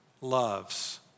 loves